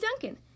Duncan